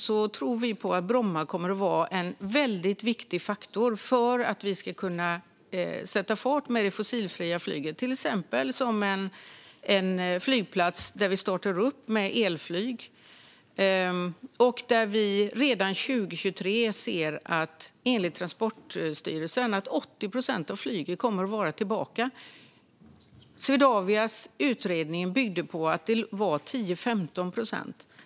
Vi tror att Bromma flygplats kommer att vara en väldigt viktig faktor för att vi ska kunna sätta fart med det fossilfria flyget, till exempel som en flygplats där vi startar upp elflyg och där vi redan 2023 ser att 80 procent av flyget kommer att vara tillbaka, enligt Transportstyrelsen. Swedavias utredning byggde på att det var 10-15 procent.